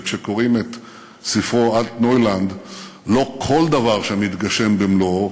שכשקוראים את ספרו "אלטנוילנד" לא כל דבר שם מתגשם במלואו,